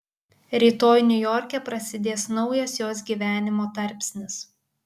rytoj niujorke prasidės naujas jos gyvenimo tarpsnis